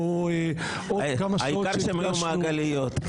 העיקר שהן לא מעגליות.